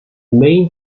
main